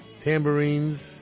tambourines